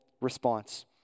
response